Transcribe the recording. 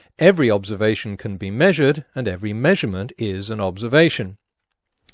every observation can be measured and every measurement is an observation.